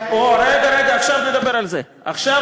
בבעיה מדינית אני מתחייב,